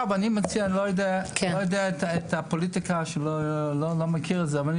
אני לא יודע את הפוליטיקה ולא מכיר אבל אני